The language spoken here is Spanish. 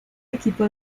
equipo